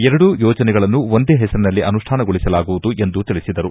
ಎರಡು ಯೋಜನೆಗಳನ್ನು ಒಂದೇ ಹೆಸರಿನಲ್ಲಿ ಅನುಷ್ಠಾನಗೊಳಿಸಲಾಗುವುದು ಎಂದು ತಿಳಿಸಿದರು